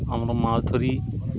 আমরা মাছ ধরি